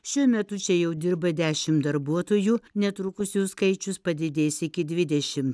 šiuo metu čia jau dirba dešim darbuotojų netrukus jų skaičius padidės iki dvidešim